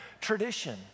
tradition